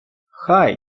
хай